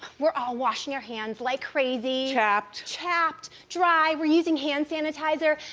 we're all washing our hands like crazy. chapped. chapped, dry, we're using hand sanitizer.